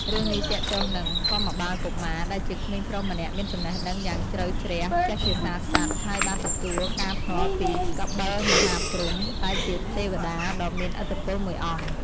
រឿងនេះទាក់ទងនឹង ធម្មបាលកុមារ ដែលជាក្មេងប្រុសម្នាក់មានចំណេះដឹងយ៉ាងជ្រៅជ្រះចេះភាសាសត្វ ហើយបានទទួលការភ្នាល់ពី កបិលមហាព្រហ្ម ដែលជាទេវតាដ៏មានឥទ្ធិពលមួយអង្គ។